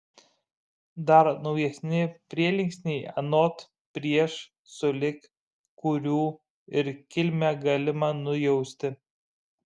dar naujesni prielinksniai anot prieš sulig kurių ir kilmę galima nujausti